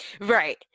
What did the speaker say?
Right